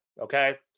okay